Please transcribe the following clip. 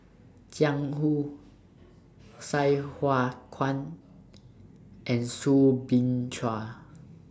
Jiang Hu Sai Hua Kuan and Soo Bin Chua